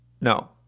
no